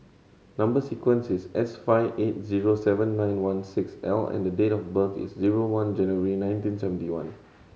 number sequence is S five eight zero seven nine one six L and date of birth is zero one January nineteen seventy one